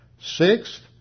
Sixth